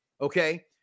okay